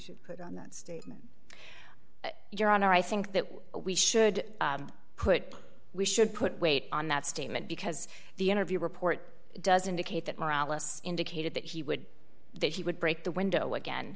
should put on that statement your honor i think that we should put we should put weight on that statement because the interview report does indicate that morales indicated that he would that he would break the window again